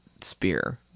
spear